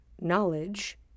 knowledge